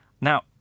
Now